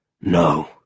No